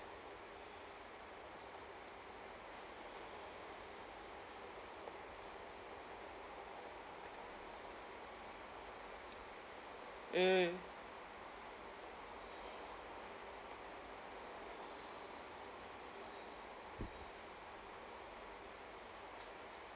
mm